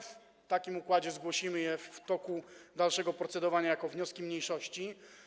W takim układzie zgłosimy je w toku dalszego procedowania jako wnioski mniejszości.